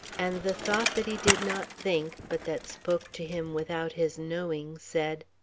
and the thought that he did not think, but that spoke to him without his knowing, said